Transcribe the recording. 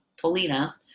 Polina